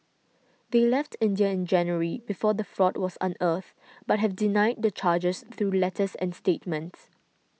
they left India in January before the fraud was unearthed but have denied the charges through letters and statements